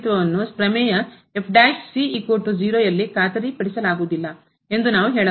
ಖಾತರಿಪಡಿಸಲಾಗುವುದಿಲ್ಲ ಎಂದು ನಾವು ಹೇಳಬಹುದು